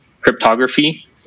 cryptography